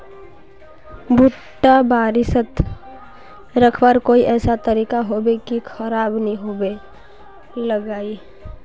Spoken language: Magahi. भुट्टा बारित रखवार कोई ऐसा तरीका होबे की खराब नि होबे लगाई?